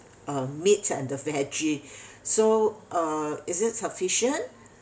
a meat and the veggie so uh is it sufficient